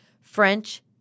French